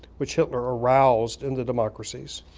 which hitler aroused in the democracies,